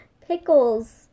Pickles